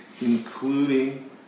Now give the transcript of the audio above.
including